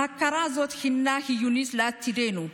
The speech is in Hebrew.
ההכרה הזאת הינה חיונית לעתידנו.